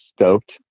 stoked